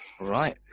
Right